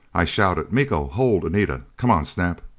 i shouted, miko, hold anita! come on, snap!